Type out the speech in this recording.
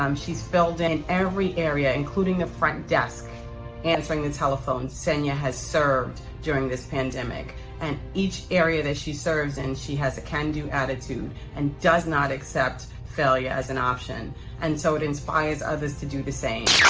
um she's filled in every area including the front desk answering the telephone. xenia has served during this pandemic and each area that she serves and she has a can-do attitude and does not accept failure as an option and so it inspires others to do the same.